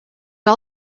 all